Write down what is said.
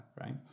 right